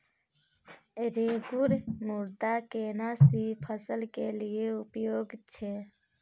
रेगुर मृदा केना सी फसल के लिये उपयुक्त छै?